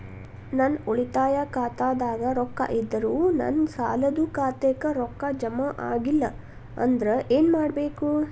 ನನ್ನ ಉಳಿತಾಯ ಖಾತಾದಾಗ ರೊಕ್ಕ ಇದ್ದರೂ ನನ್ನ ಸಾಲದು ಖಾತೆಕ್ಕ ರೊಕ್ಕ ಜಮ ಆಗ್ಲಿಲ್ಲ ಅಂದ್ರ ಏನು ಮಾಡಬೇಕು?